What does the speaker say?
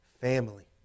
family